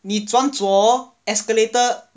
你转左 hor escalator